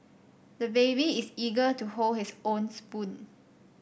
the baby is eager to hold his own spoon